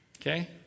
Okay